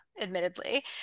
admittedly